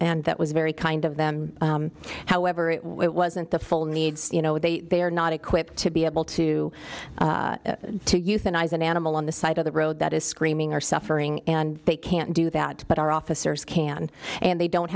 and that was very kind of them however it wasn't the full needs you know they they are not equipped to be able to to euthanize an animal on the side of the road that is screaming or suffering and they can't do that but our officers can and they don't